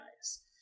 guys